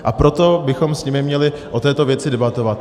A proto bychom s nimi měli o této věci debatovat.